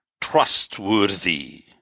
trustworthy